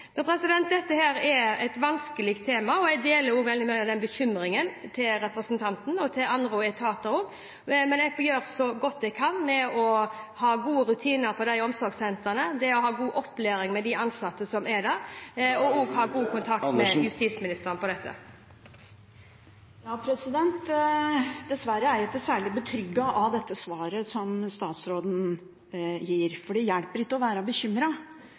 Dette er et vanskelig tema. Jeg deler veldig mye av bekymringen til representanten – og også mange etaters bekymring. Men jeg gjør så godt jeg kan ved å ha gode rutiner på omsorgssentrene og ha god opplæring av de ansatte som er der. Jeg har god kontakt med justisministeren når det gjelder dette. Dessverre er jeg ikke særlig betrygget av svaret som statsråden gir, for det hjelper ikke å være